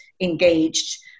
engaged